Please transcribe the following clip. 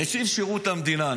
נציב שירות המדינה,